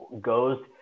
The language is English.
goes –